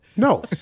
No